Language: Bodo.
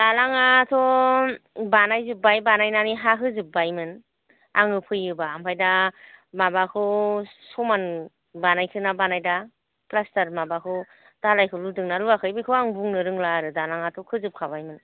दालां आ थ' बानाय जोबबाय बानायनानै हा होजोबबाय मोन आङो फैयोबा ओमफाय दा माबाखौ समान बानायखोना बानायदोआ फ्लासटार माबाखौ दालायखौ लुदों ना लुयाखै बिखौ आं बुंनो रोंला आरो दालाङा थ' खोजोब खाबायमोन